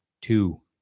two